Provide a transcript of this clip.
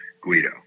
Guido